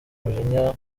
umujinya